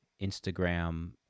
Instagram